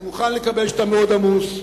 אני מוכן לקבל שאתה מאוד עמוס,